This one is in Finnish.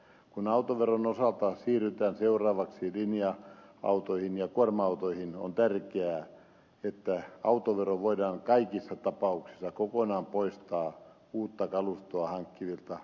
kun autoveron osalta siirrytään seuraavaksi linja autoihin ja kuorma autoihin on tärkeää että autovero voidaan kaikissa tapauksissa kokonaan poistaa uutta kalustoa hankkivilta kuljetusyrityksiltä